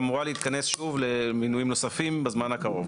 שהיא הרי אמורה להתכנס שוב למינויים נוספים בזמן הקרוב,